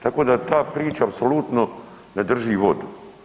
Tako da ta priča apsolutno ne drži vodu.